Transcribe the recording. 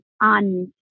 On